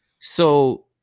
So-